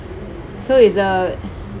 so is a